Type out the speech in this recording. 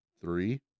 three